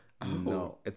No